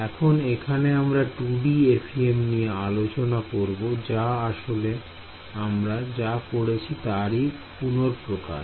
এখন এখানে আমরা 2D FEM নিয়ে আলোচনা করব যা আসলে আমরা যা পড়েছি তারই পুনরপ্রকাশ